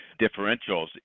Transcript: differentials